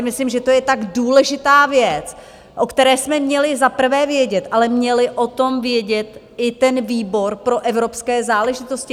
Myslím si, že to je tak důležitá věc, o které jsme měli za prvé vědět, ale měl o tom vědět i ten výbor pro evropské záležitosti.